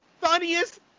funniest